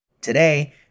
Today